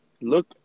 look